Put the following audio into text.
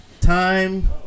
Time